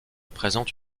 présente